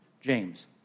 James